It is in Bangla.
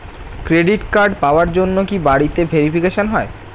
ক্রেডিট কার্ড পাওয়ার জন্য কি বাড়িতে ভেরিফিকেশন হয়?